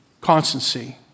Constancy